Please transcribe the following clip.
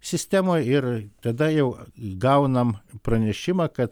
sistemoj ir tada jau gaunam pranešimą kad